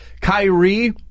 Kyrie